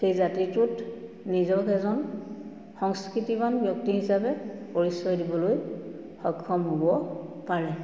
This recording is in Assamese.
সেই জাতিটোত নিজক এজন সংস্কৃতিমান ব্যক্তি হিচাপে পৰিচয় দিবলৈ সক্ষম হ'ব পাৰে